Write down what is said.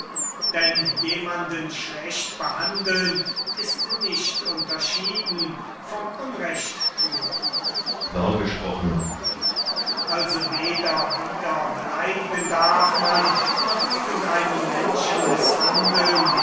denn jemanden schlecht behandeln ist nicht unterschieden vom unrecht tun kriton wahr gesprochen sokrates also weder wiederbeleidigen darf man noch irgend einen menschen mißhandeln